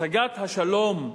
השגת השלום,